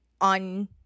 on